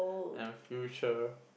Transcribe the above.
and future